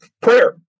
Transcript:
prayer